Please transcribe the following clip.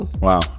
Wow